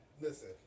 Listen